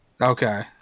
okay